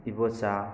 Ibocha